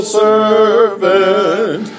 servant